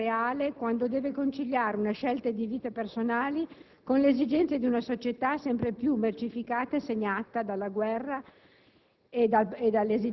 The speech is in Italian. fatica quotidiana reale, quando deve conciliare scelte di vita personali con l'esigenza di una società sempre più mercificata e segnata dalla guerra